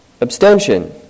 abstention